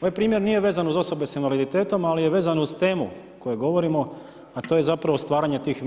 Ovaj primjer nije vezan uz osobe s invaliditetom, ali je vezan uz temu o kojoj govorimo, a to je zapravo stvaranje tih